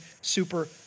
super